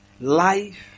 Life